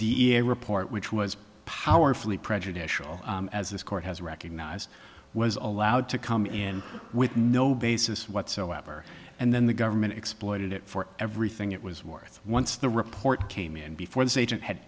n a report which was powerfully prejudicial as this court has recognized was allowed to come in with no basis whatsoever and then the government exploited it for everything it was worth once the report came in before this agent had